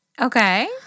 Okay